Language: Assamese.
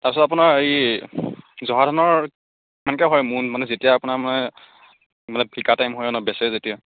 তাৰপাছত আপোনাৰ এই জহা ধানৰ কিমানকৈ হয় মোন মানে যেতিয়া আপোনাৰ মানে মানে বিকা টাইম হয় আৰু ন বেচে যেতিয়া